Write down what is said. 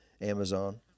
Amazon